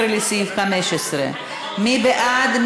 17, לסעיף 15. מי בעד?